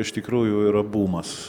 iš tikrųjų yra bumas